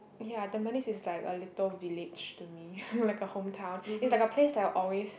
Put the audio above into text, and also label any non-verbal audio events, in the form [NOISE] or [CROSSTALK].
ya tampines is like a little village to me [LAUGHS] like a hometown is like a place that I always